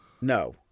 No